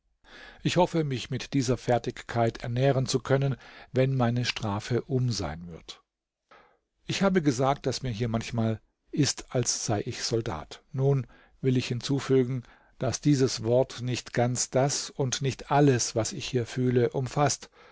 ich hoffe mich mit dieser fertigkeit ernähren zu können wenn meine strafe um sein wird ich habe gesagt daß mir hier manchmal ist als sei ich soldat nun will ich hinzufügen daß dieses wort nicht ganz das und nicht alles was ich hier fühle umfaßt